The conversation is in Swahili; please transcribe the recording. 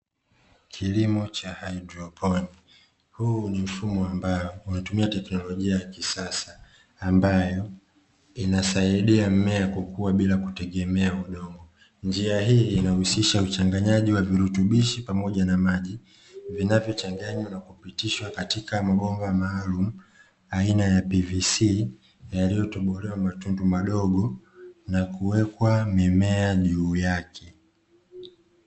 Kilimo cha haidroponi, huu ni mfumo ambao unatumia teknolojia ya kisasa ambayo inasaidia mimea kukuwa bila kutegemea udongo, njia hii inahusisha uchanganyaji wa virutubisho pamoja na maji vinavyochanganywa na kupitishwa katika bomba maalumu aina ya pvc yaliyotobolewa matundu madogo na kuwekwa mimea juu yake.